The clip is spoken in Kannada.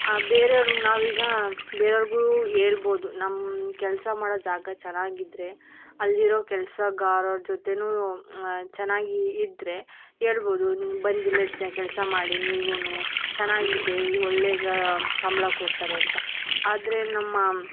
ಬೇರೆಯವ್ರಿಗೆ ನಾವೀಗ ಬೇರೆಯವ್ರಿಗೂ ಹೇಳ್ಬೋದು ನಮ್ಮ ಕೆಲಸ ಮಾಡೊ ಜಾಗ ಚೆನ್ನಾಗಿದ್ರೆ ಅಲ್ಲಿರೊ ಕೆಲ್ಸಗಾರರ ಜೊತೆಯೂ ಚೆನ್ನಾಗಿ ಇದ್ದರೆ ಹೇಳ್ಬೋದು ಬಂದಿಲ್ಲಿ ಕೆಲಸ ಮಾಡಿ ನೀವುನೂ ಚೆನ್ನಾಗಿದೆ ಒಳ್ಳೆಯ ಗಾ ಸಂಬಳ ಕೊಡ್ತಾರೆ ಅಂತ ಆದರೆ ನಮ್ಮ